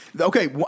Okay